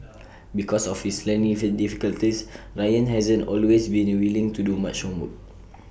because of his learning difficulties Ryan hasn't always been willing to do much homework